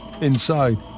Inside